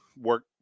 work